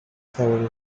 several